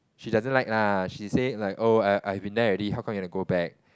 she doesn't like lah she say like oh I've been there already how come you want to go back